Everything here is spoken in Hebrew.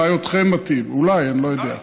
אולי אתכם מטעים, אולי, אני לא יודע.